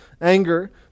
Anger